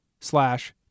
slash